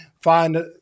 find